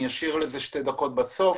אני מכיר את הנושא לפרטי פרטים,